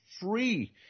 free